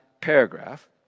paragraph